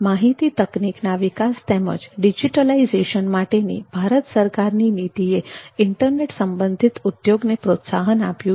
માહિતી તકનીકના વિકાસ તેમજ ડીજીટલાઇઝેશન માટેની ભારત સરકારની નીતિએ ઇન્ટરનેટ સંબંધિત ઉધોગને પ્રોત્સાહન આપ્યું છે